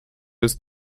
bis